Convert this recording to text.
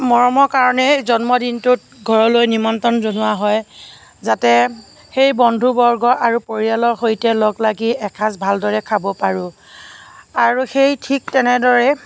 মৰমৰ কাৰণেই জন্মদিনটোত ঘৰলৈ নিমন্ত্ৰণ জনোৱা হয় যাতে সেই বন্ধুবৰ্গ আৰু পৰিয়ালৰ সৈতে লগ লাগি এসাঁজ ভালদৰে খাব পাৰোঁ আৰু ঠিক সেই তেনেদৰে